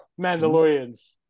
Mandalorians